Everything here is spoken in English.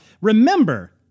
remember